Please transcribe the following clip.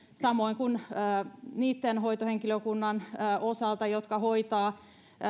samoin kuin hoitohenkilökunnan osalta niitten jotka hoitavat